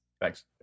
Thanks